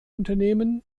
unternehmen